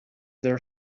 their